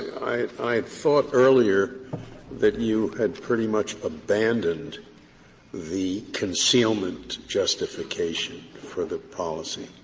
i i thought earlier that you had pretty much abandoned the concealment justification for the policy.